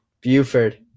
Buford